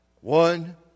One